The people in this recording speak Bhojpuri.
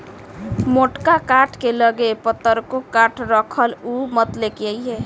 मोटका काठ के लगे पतरको काठ राखल उ मत लेके अइहे